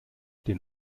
den